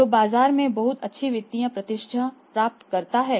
जो बाजार में बहुत अच्छी वित्तीय प्रतिष्ठा प्राप्त करता है